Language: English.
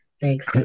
thanks